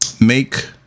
make